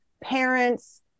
parents